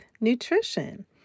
nutrition